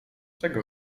czego